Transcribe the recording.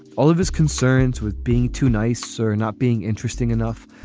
all of his concerns with being too nice or not being interesting enough.